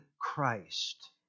Christ